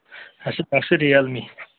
اَسہِ چھُ اسہِ چھُ رِیَل می